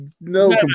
no